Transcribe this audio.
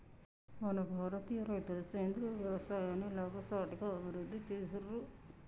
మన భారతీయ రైతులు సేంద్రీయ యవసాయాన్ని లాభసాటిగా అభివృద్ధి చేసిర్రు